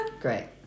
Great